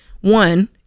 One